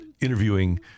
interviewing